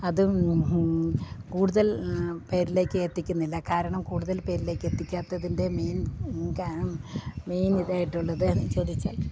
അതും കൂടുതൽ പേരിലേക്ക് എത്തിക്കുന്നില്ല കാരണം കൂടുതൽ പേരിലേക്ക് എത്തിക്കാത്തതിൻ്റെ മെയിൻ കാരണം മെയിൻ ഇതായിട്ടുള്ളതെന്ന് ചോദിച്ചാൽ